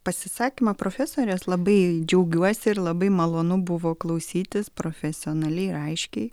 pasisakymą profesorės labai džiaugiuosi ir labai malonu buvo klausytis profesionaliai ir aiškiai